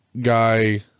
guy